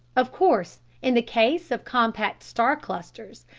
of course, in the case of compact star-clusters,